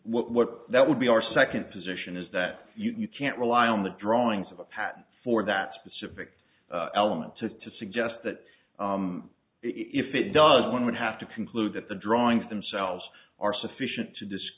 what that would be our second position is that you can't rely on the drawings of a patent for that specific element to it to suggest that if it does one would have to conclude that the drawings themselves are sufficient to di